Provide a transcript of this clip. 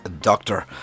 Doctor